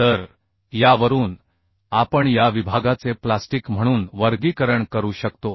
तर यावरून आपण या विभागाचे प्लास्टिक म्हणून वर्गीकरण करू शकतो